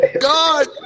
God